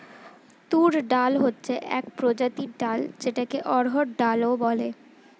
তুর ডাল হচ্ছে এক প্রজাতির ডাল যেটাকে অড়হর ডাল ও বলে